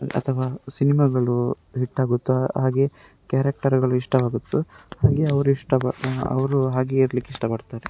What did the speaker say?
ಅಥವಾ ಸಿನಿಮಗಳು ಹಿಟ್ ಆಗುತ್ತೋ ಹಾಗೆ ಕ್ಯಾರೆಕ್ಟರ್ಗಳು ಇಷ್ಟ ಆಗುತ್ತೋ ಹಾಗೆ ಅವ್ರ ಇಷ್ಟ ಪ ಅವರು ಹಾಗೆ ಇರ್ಲಿಕ್ಕೆ ಇಷ್ಟಪಡ್ತಾರೆ